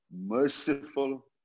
merciful